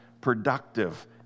productive